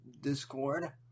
discord